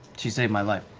she saved my life.